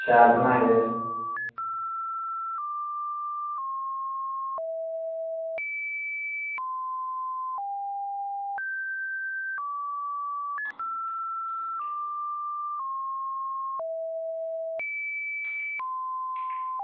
शैल बनाए दे